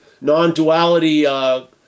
non-duality